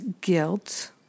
guilt